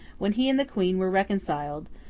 when he and the queen were reconciled,